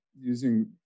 using